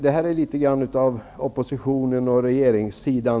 Detta är litet av ett problem mellan oppositionen och regeringssidan.